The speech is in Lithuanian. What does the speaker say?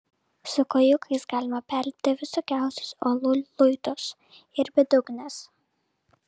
su kojūkais galima perlipti visokiausius uolų luitus ir bedugnes